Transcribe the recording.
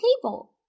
table